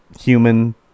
human